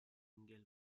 engel